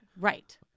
Right